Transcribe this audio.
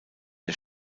der